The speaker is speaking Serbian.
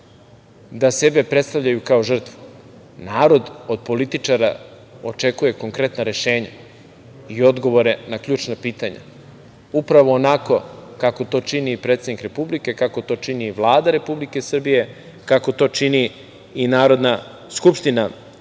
da sebe predstavljaju kao žrtvu. Narod od političara očekuje konkretna rešenja i odgovore na ključna pitanja, upravo onako kako to čini i predsednik Republike, kako to čini Vlada Republike Srbije, kako to čini i Narodna skupština Republike